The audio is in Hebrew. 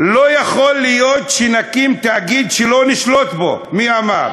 "לא יכול להיות שנקים תאגיד שלא נשלוט בו" מי אמר?